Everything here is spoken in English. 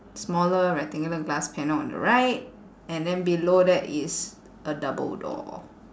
smaller rectangular glass panel on the right and then below that is a double door